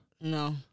No